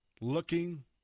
looking